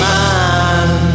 Man